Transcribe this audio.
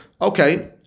Okay